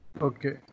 Okay